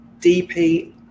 DP